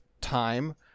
time